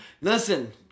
Listen